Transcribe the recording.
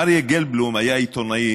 אריה גלבלום היה עיתונאי